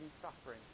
suffering